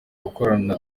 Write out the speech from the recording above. gukorana